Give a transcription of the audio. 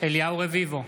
אליהו רביבו,